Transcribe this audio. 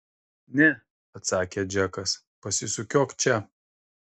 ne atsakė džekas pasisukiok čia